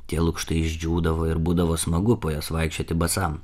tie lukštai išdžiūdavo ir būdavo smagu po jos vaikščioti basam